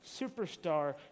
superstar